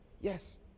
yes